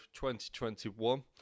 2021